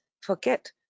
forget